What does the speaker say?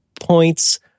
points